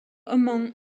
among